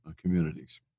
communities